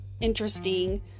interesting